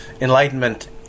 enlightenment